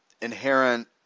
inherent